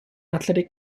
athletic